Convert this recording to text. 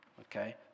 Okay